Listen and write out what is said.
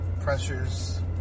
pressures